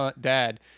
dad